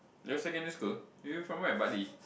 your secondary school you from where Bartley